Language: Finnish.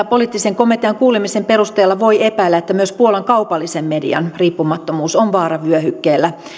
poliittisen komitean kuulemisen perusteella voi epäillä että myös puolan kaupallisen median riippumattomuus on vaaravyöhykkeellä